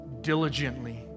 diligently